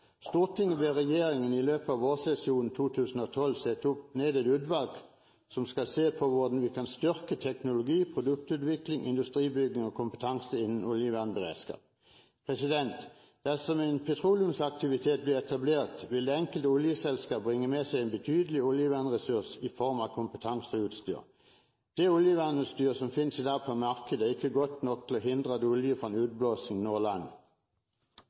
ber regjeringen i løpet av vårsesjonen 2012 sette ned et utvalg som skal se på hvordan vi kan styrke teknologi, produktutvikling, industribygging og kompetanse innen oljevernberedskap.» Dersom en petroleumsaktivitet blir etablert, vil det enkelte oljeselskap bringe med seg en betydelig oljevernressurs i form av kompetanse og utstyr. Det oljevernutstyret som finnes på markedet i dag, er ikke godt nok til å hindre at oljen fra en utblåsning når land.